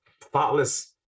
thoughtless